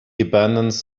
abandons